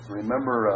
remember